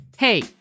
Hey